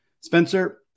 Spencer